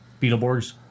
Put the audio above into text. Beetleborgs